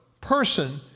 person